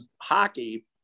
hockey